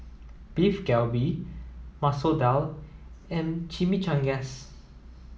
Beef Galbi Masoor Dal and Chimichangas